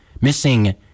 missing